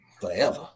forever